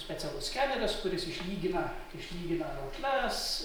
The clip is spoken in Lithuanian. specialus skeneris kuris išlygina išlygina raukšles